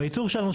בייצור שלנו,